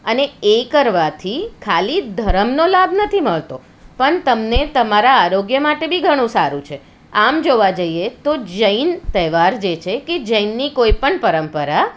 અને એ કરવાથી ખાલી ધરમનો લાભ નથી મળતો પણ તમને તમારા આરોગ્ય માટે બી ઘણું સારું છે આમ જોવા જોઈએ તો જૈન તહેવાર જે છે કે જૈનની કોઈપણ પરંપરા